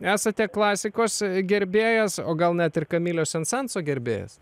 esate klasikos gerbėjas o gal net ir kamilio sensanso gerbėjas